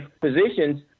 positions